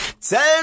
Tell